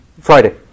Friday